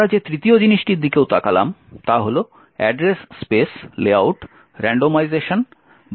আমরা যে তৃতীয় জিনিসটির দিকেও তাকালাম তা হল অ্যাড্রেস স্পেস লেআউট রান্ডমাইজেশন বা এএসএলআর